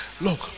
Look